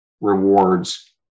rewards